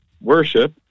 worship